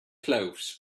clothes